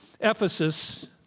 Ephesus